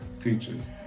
teachers